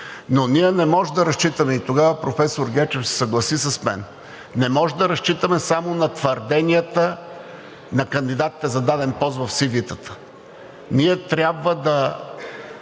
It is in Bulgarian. но ние не можем да разчитаме и тогава професор Гечев се съгласи с мен – не може да разчитаме само на твърденията на кандидатите за даден пост в CV-та. Ние трябва да